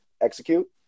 execute